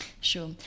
sure